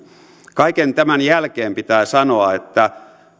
kaiken tämän jälkeen pitää sanoa että